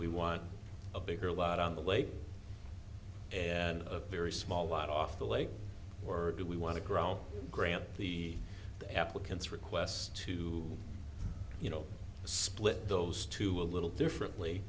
we want a bigger lot on the lake and a very small lot off the lake or do we want to grow grant the applicants request to you know split those two a little differently